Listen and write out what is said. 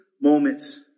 moments